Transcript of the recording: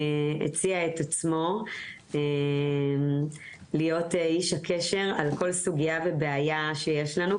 הציע את עצמו להיות איש הקשר על כל סוגיה ובעיה שיש לנו,